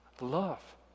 love